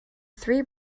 three